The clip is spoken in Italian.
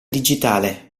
digitale